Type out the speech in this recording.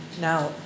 Now